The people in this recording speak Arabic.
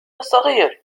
الصغير